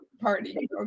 party